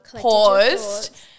paused